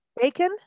bacon